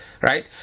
right